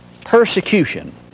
persecution